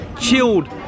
chilled